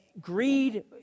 greed